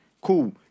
cool